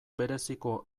bereziko